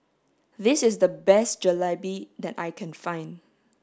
this is the best Jalebi that I can find